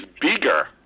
bigger